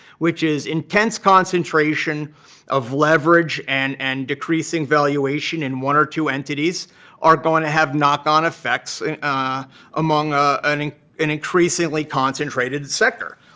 which is intense concentration of leverage and and decreasing valuation in one or two entities are going to have knock-on effects and ah among ah an an increasingly concentrated sector.